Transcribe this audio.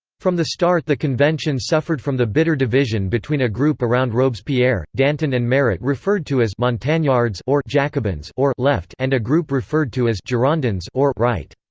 from the start the convention suffered from the bitter division between a group around robespierre, danton and marat referred to as montagnards or jacobins or left and a group referred to as girondins or right.